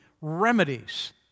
remedies